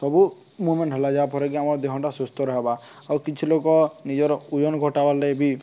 ସବୁ ମୁଭମେଣ୍ଟ ହେଲା ଯାହାଫରେକି ଆମ ଦେହଟା ସୁସ୍ଥ ରହବା ଆଉ କିଛି ଲୋକ ନିଜର ଓଜନ ଘଟାବାର୍ ଲାଗି ବି